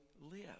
live